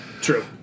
True